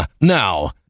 Now